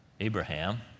Abraham